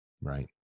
Right